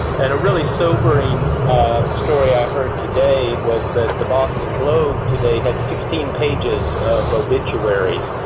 and a really sobering story i heard today was that the boston globe today had sixteen pages of obituaries.